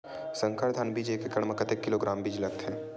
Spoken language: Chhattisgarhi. संकर धान बीज एक एकड़ म कतेक किलोग्राम बीज लगथे?